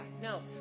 No